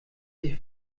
sich